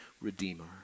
redeemer